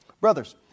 Brothers